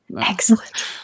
Excellent